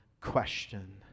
question